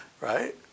Right